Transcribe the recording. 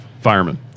fireman